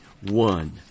One